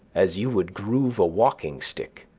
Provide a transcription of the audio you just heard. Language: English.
as you would groove a walking-stick.